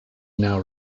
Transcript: now